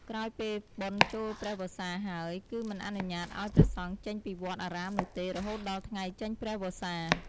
ក្រោយពេលបុណ្យចូលព្រះវស្សាហើយ គឺមិនអនុញ្ញាតិឪ្យព្រះសង្ឃចេញពីវត្តអារាមនោះទេរហូតដល់ថ្ងៃចេញព្រះវស្សា ។